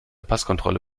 passkontrolle